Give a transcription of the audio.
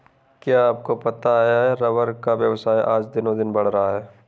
क्या आपको पता है रबर का व्यवसाय आज दिनोंदिन बढ़ रहा है?